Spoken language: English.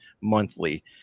monthly